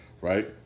right